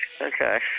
Okay